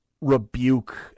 rebuke